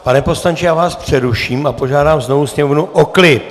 Pane poslanče, já vás přeruším a požádám znovu sněmovnu o klid.